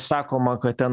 sakoma kad ten